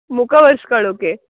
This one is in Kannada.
ಮುಖ ಒರೆಸ್ಕೊಳೋಕೆ